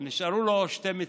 נשארו לו שתי מצוות: